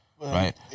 Right